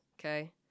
okay